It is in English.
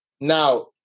Now